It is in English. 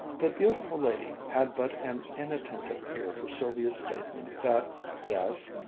the beautiful lady had but an inattentive ear for sylvia's statement that, yes,